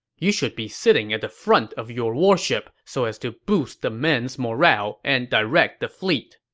you should be sitting at the front of your war ship so as to boost the men's morale and direct the fleet.